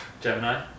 Gemini